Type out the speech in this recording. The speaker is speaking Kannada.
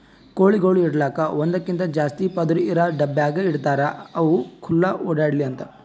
ಕೋಳಿಗೊಳಿಗ್ ಇಡಲುಕ್ ಒಂದಕ್ಕಿಂತ ಜಾಸ್ತಿ ಪದುರ್ ಇರಾ ಡಬ್ಯಾಗ್ ಇಡ್ತಾರ್ ಅವು ಖುಲ್ಲಾ ಓಡ್ಯಾಡ್ಲಿ ಅಂತ